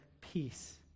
peace